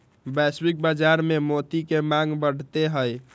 वैश्विक बाजार में मोती के मांग बढ़ते हई